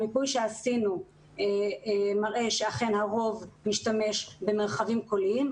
המיפוי שעשינו מראה שאכן הרוב משתמש במרחבים קוליים,